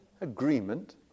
agreement